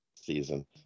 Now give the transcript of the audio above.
season